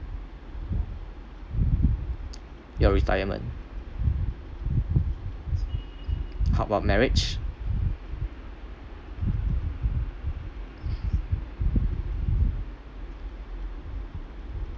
your retirement how about marriage